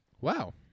Wow